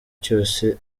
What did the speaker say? cyose